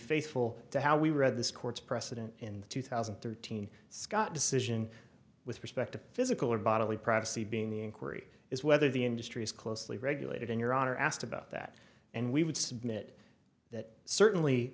faithful to how we read this court's precedent in two thousand and thirteen scott decision with respect to physical or bodily privacy being the inquiry is whether the industry is closely regulated in your honor asked about that and we would submit that certainly